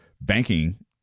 banking